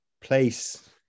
place